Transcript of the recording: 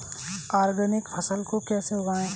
Organic फसल को कैसे उगाएँ?